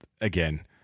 again